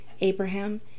Abraham